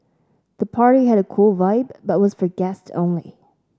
the party had a cool vibe but was for guests only